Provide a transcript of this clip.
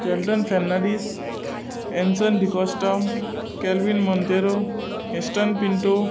Charlton Fernandes Enson D'Costa Calvin Monteiro Ashton Pinto